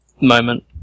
moment